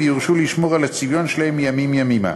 ויורשו לשמור על הצביון שלהם מימים ימימה.